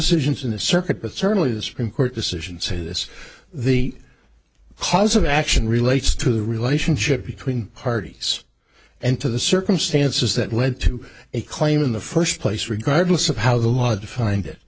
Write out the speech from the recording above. decisions in the circuit but certainly the supreme court decision say this the cause of action relates to the relationship between parties and to the circumstances that led to a claim in the first place regardless of how the law defined it